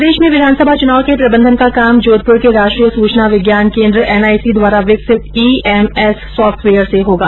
प्रदेश में विधानसभा चुनाव के प्रबंधन का काम जोधपुर के राष्ट्रीय सूचना विज्ञान केन्द्र एनआईसी द्वारा विकसित ईएमएस सॉफ्टवेयर से होगा